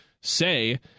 say